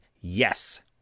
Yes